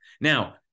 Now